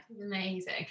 amazing